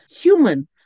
human